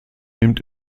nimmt